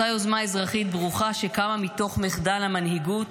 אותה יוזמה אזרחית ברוכה שקמה מתוך מחדל המנהיגות